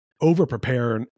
over-prepare